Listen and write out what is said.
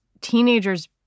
teenagers